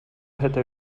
hätte